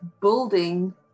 building